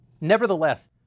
Nevertheless